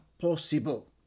possible